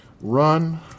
run